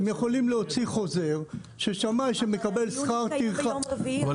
הם יכולים להוציא חוזר ששמאי שמקבל שכר טרחה --- אבל